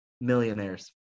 millionaires